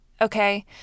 okay